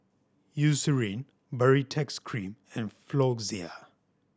Eucerin Baritex Cream and Floxia